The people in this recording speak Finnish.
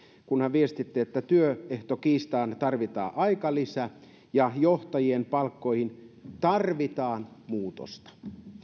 kun hän viestitti että työehtokiistaan tarvitaan aikalisä ja johtajien palkkoihin tarvitaan muutosta